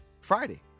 Friday